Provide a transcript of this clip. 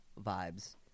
vibes